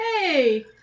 Hey